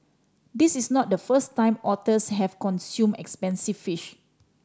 this is not the first time otters have consumed expensive fish